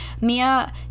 Mia